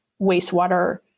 wastewater